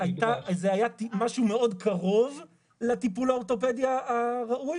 זה היה משהו מאוד קרוב לטיפול האורתופדי הראוי,